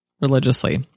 religiously